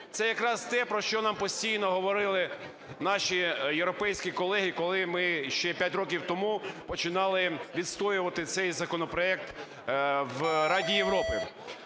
Це якраз те, про що нам постійно говорили наші європейські колеги, коли ми ще 5 років тому починали відстоювати цей законопроект в Раді Європи.